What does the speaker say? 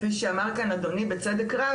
כפי שאמר כאן אדוני בצדק רב,